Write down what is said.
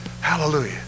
Hallelujah